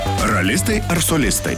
ralistai ar solistai